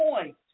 point